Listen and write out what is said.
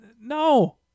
No